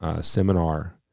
seminar